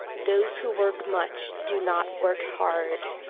those who work much do not work hard.